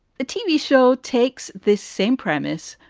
the tv show takes this same premise,